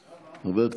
רבה.